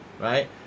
right